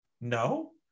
no